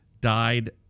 died